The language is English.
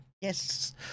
yes